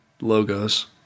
logos